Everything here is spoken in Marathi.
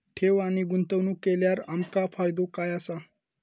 ठेव आणि गुंतवणूक केल्यार आमका फायदो काय आसा?